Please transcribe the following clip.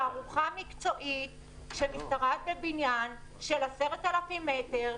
תערוכה מקצועית שמשתרעת בבניין של 10,000 מ"ר,